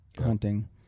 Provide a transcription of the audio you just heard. hunting